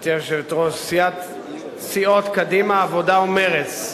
גברתי היושבת-ראש, סיעות קדימה, העבודה ומרצ,